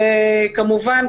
כמובן,